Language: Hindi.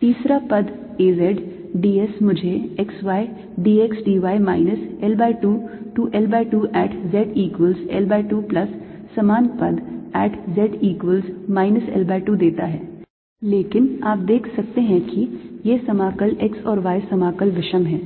तीसरा पद A z d s मुझे x y d x d y minus L by 2 to L by 2 at z equals L by 2 plus समान पद at z equals minus L by 2 देता है लेकिन आप देखते हैं कि ये समाकल x और y समाकल विषम हैं